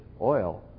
oil